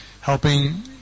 Helping